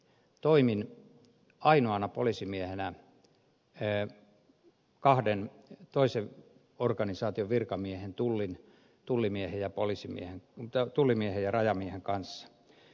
toimin ainoana poliisimiehenä kahden toisen organisaation virkamiehen tullin tullimiehiä olisi mikään kunta tullimiehen ja rajamiehen kanssa